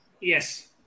Yes